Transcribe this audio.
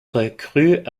recrues